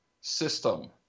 system